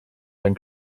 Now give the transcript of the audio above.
dann